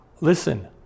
Listen